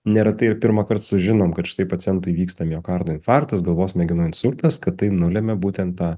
neretai ir pirmąkart sužinom kad štai pacientui įvyksta miokardo infarktas galvos smegenų insultas kad tai nulemia būtent ta